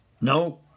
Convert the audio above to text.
No